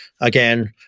again